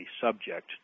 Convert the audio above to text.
subject